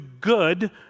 good